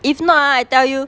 if not ah I tell you